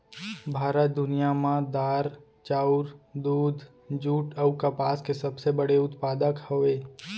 भारत दुनिया मा दार, चाउर, दूध, जुट अऊ कपास के सबसे बड़े उत्पादक हवे